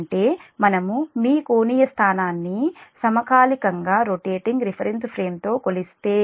అంటే మనము మీ కోణీయ స్థానాన్ని సమకాలికంగా రొటేటింగ్ రిఫరెన్స్ ఫ్రేమ్తో కొలిస్తే